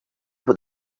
what